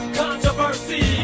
controversy